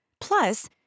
Plus